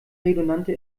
redundante